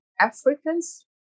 Africans